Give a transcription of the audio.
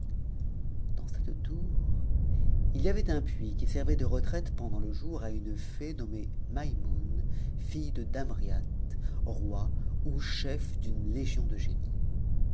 dans cette tour il y avait uri puits qui servait de retraite pendant le jour me fée nommée maimoune fille de damriat roi ou chef d'une légion c génies